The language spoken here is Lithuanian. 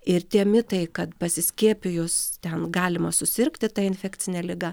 ir tie mitai kad pasiskiepijus ten galima susirgti ta infekcine liga